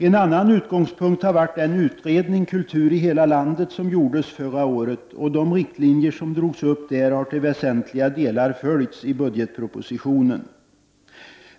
En annan utgångspunkt har varit den utredning, Kultur i hela landet, som gjordes förra året. De riktlinjer som drogs upp där har till väsentliga delar följts i budgetpropositionen.